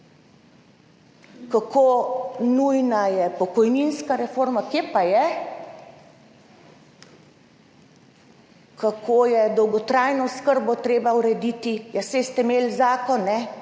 Kako nujna je pokojninska reforma. Kje pa je? Kako je dolgotrajno oskrbo treba urediti. Ja saj ste imeli zakon